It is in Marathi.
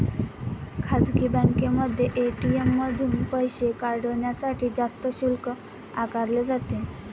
खासगी बँकांमध्ये ए.टी.एम मधून पैसे काढण्यासाठी जास्त शुल्क आकारले जाते